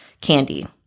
candy